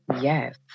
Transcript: yes